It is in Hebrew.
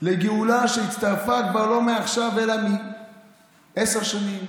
לגאולה שהצטרפה לא מעכשיו אלא 10 שנים,